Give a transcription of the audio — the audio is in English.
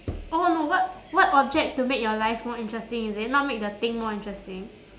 oh no what what object to make your life more interesting is it not make the thing more interesting